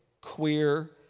queer